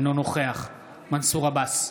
אינו נוכח מנסור עבאס,